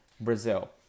Brazil